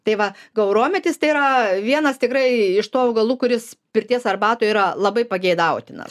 tai va gaurometis tai yra vienas tikrai iš tų augalų kuris pirties arbatoj yra labai pageidautinas